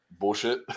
Bullshit